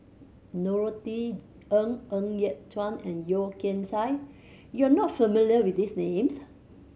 Norothy Ng Ng Yat Chuan and Yeo Kian Chai you are not familiar with these names